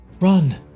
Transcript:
Run